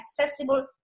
accessible